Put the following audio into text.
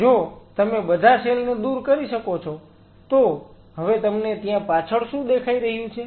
જો તમે બધા સેલ ને દૂર કરી શકો છો તો હવે તમને ત્યાં પાછળ શું દેખાઈ રહ્યું છે